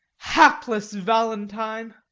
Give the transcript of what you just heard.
hapless valentine!